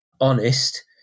honest